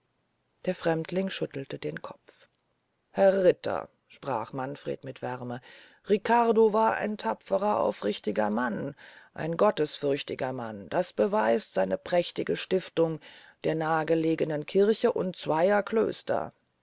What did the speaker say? der fremdling schüttelte den kopf herr ritter sprach manfred mit wärme riccardo war ein tapfrer aufrichtiger mann ein gottesfürchtiger mann das beweist seine prächtige stiftung der nah gelegenen kir che und zweyer klöster